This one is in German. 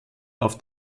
auf